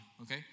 Okay